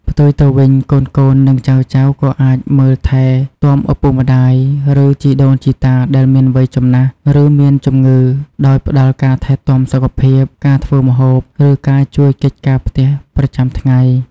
ផ្ទុយទៅវិញ កូនៗ និងចៅៗក៏អាចមើលថែទាំឪពុកម្តាយ ឬជីដូនជីតាដែលមានវ័យចំណាស់ ឬមានជំងឺ ដោយផ្តល់ការថែទាំសុខភាព ការធ្វើម្ហូប ឬការជួយកិច្ចការផ្ទះប្រចាំថ្ងៃ។